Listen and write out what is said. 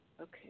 Okay